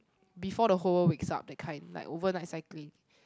before the whole world wakes up that kind like overnight cycling